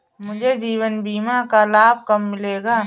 मुझे जीवन बीमा का लाभ कब मिलेगा?